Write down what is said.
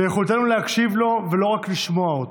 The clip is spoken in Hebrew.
ביכולתנו להקשיב לו ולא רק לשמוע אותו.